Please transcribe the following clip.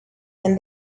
and